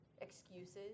excuses